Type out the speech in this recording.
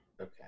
Okay